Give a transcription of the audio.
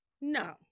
No